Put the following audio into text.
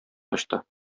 качты